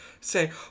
say